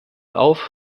auf